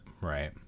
Right